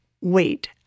wait